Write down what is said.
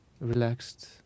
relaxed